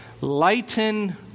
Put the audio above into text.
lighten